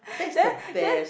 that is the best